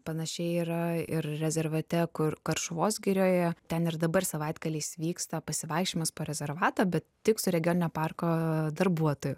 panašiai yra ir rezervate kur karšuvos girioje ten ir dabar savaitgaliais vyksta pasivaikščiojimas po rezervatą bet tik su regioninio parko darbuotoju